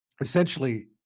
Essentially